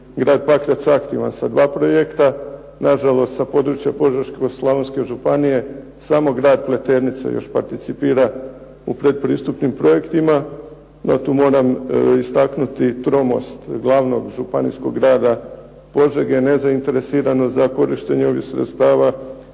grad Pakrac aktivan sa dva projekta, na žalost sa područja Požeško-slavonske županije samo grad Pleternica još participira u pretpristupnim fondovima, no tu moram istaknuti tromost glavnog županijskog grada Požege, nezainteresirano za korištenje ovih sredstava